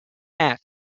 hat